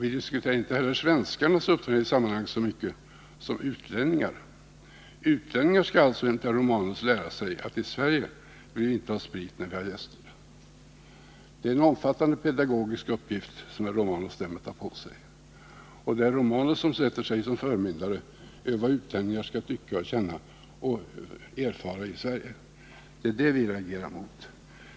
Vi diskuterar inte heller så mycket svenskarnas uppträdande som utlänningarnas. Utlänningar skall alltså, enligt herr Romanus, lära sig att i Sverige vill vi inte ha sprit när vi har gäster. Det är en omfattande pedagogisk uppgift herr Romanus därmed tar på sig. Och det är herr Romanus som sätter sig som förmyndare över vad utlänningar skall tycka, känna och erfara i Sverige. Det är det vi reagerar mot.